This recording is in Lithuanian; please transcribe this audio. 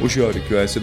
už jo rikiuojasi